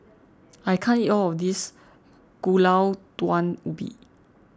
I can't eat all of this Gulai Daun Ubi